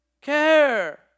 care